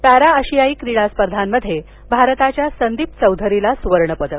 para आशियाई क्रीडा स्पर्धांमध्ये भारताच्या संदीप चौधरीला सूवर्णपदक